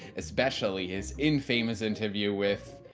especially his infamous interview with.